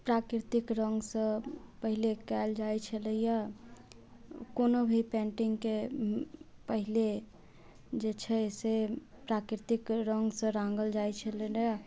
प्राकृतिक रङ्गसँ पहिले कयल जाइ छलैया कोनो भी पैन्टिंगके पहिले जे छै से प्राकृतिक रङ्गसँ राँगल जाइ छलैया